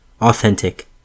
authentic